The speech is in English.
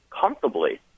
comfortably